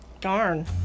Darn